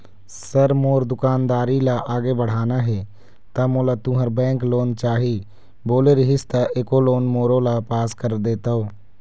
Sir मोर दुकानदारी ला आगे बढ़ाना हे ता मोला तुंहर बैंक लोन चाही बोले रीहिस ता एको लोन मोरोला पास कर देतव?